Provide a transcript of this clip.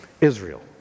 Israel